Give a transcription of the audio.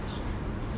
mm